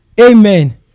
Amen